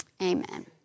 Amen